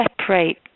separate